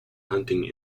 hunting